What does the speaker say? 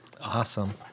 Awesome